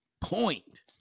point